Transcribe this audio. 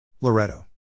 Loretto